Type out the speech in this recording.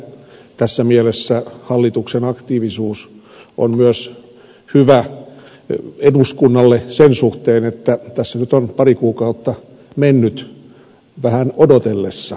tässä mielessä hallituksen aktiivisuus on myös hyvä eduskunnalle sen suhteen että tässä nyt on pari kuukautta mennyt vähän odotellessa